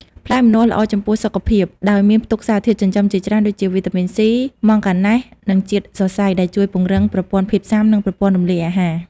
ផ្លែម្នាស់ល្អចំពោះសុខភាពដោយមានផ្ទុកសារធាតុចិញ្ចឹមជាច្រើនដូចជា វីតាមីនសុី ម៉ង់កាណែស និងជាតិសរសៃ ដែលជួយពង្រឹងប្រព័ន្ធភាពស៊ាំ និងប្រព័ន្ធរំលាយអាហារ។